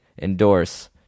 endorse